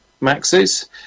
maxes